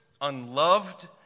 unloved